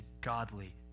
godly